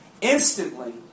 Instantly